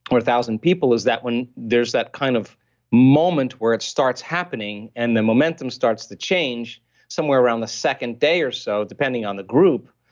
or one thousand people is that when there's that kind of moment where it starts happening and the momentum starts to change somewhere around the second day or so, depending on the group,